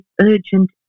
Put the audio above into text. urgent